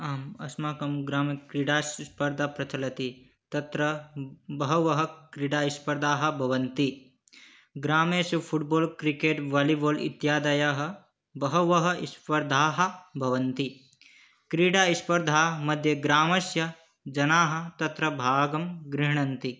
आम् अस्माकं ग्रामक्रीडास्पर्धा प्रचलति तत्र बहवः क्रीडास्पर्धाः भवन्ति ग्रामेषु फु़ट्बाल् क्रिकेट् वालिबाल् इत्यादयः बहवः स्पर्धाः भवन्ति क्रीडास्पर्धामध्ये ग्रामस्य जनाः तत्र भागं गृह्णान्ति